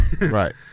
Right